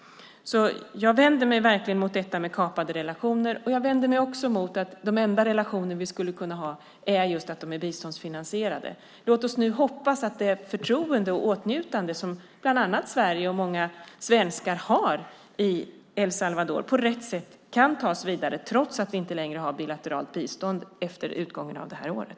Jag vänder mig verkligen mot detta med kapade relationer, och jag vänder mig också mot att de enda relationer vi skulle kunna ha är de biståndsfinansierade. Låt oss nu hoppas att det förtroende och åtnjutande som bland andra Sverige och många svenskar har i El Salvador på rätt sätt kan ta oss vidare trots att vi inte längre har bilateralt bistånd efter utgången av det här året.